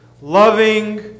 loving